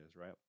right